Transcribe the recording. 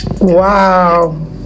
Wow